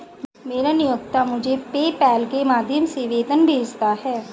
मेरा नियोक्ता मुझे पेपैल के माध्यम से वेतन भेजता है